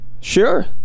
Sure